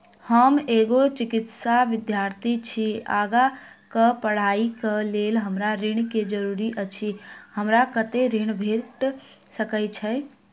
हम एगो चिकित्सा विद्यार्थी छी, आगा कऽ पढ़ाई कऽ लेल हमरा ऋण केँ जरूरी अछि, हमरा कत्तेक ऋण भेट सकय छई?